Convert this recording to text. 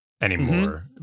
anymore